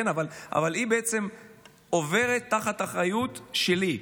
אבל היא עוברת תחת האחריות שלי.